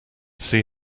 see